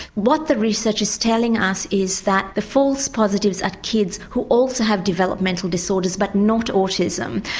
what the research is telling us is that the false positives are kids who also have developmental disorders but not autism.